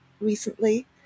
recently